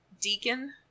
Deacon